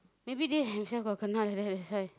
maybe they themself got kena like that that's why